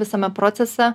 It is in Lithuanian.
visame procese